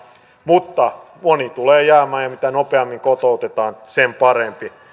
mutta moni tulee jäämään ja mitä nopeammin kotoutetaan sen parempi